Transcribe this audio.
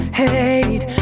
hate